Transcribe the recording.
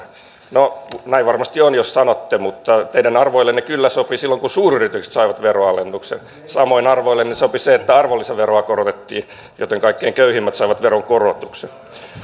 no näin varmasti on jos sanotte mutta teidän arvoillenne kyllä sopi se kun suuryritykset saivat veronalennuksen samoin arvoillenne sopi se että arvonlisäveroa korotettiin joten kaikkein köyhimmät saivat veronkorotuksen